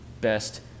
best